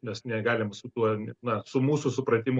mes negalim su tuo na su mūsų supratimu